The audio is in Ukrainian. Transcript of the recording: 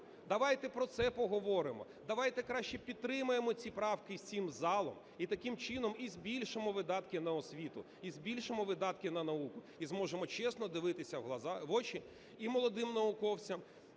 Давайте про це поговоримо. Давайте краще підтримаємо ці правки всім залом, і таким чином і збільшимо видатки на освіту, і збільшимо видатки на науку, і зможемо чесно дивитися в очі і молодим науковцям,